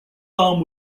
arm